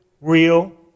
real